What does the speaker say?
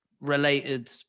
related